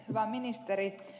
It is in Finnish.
hyvä ministeri